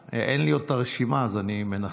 אין לי עוד את הרשימה, אז אני מנחש.